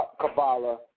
Kabbalah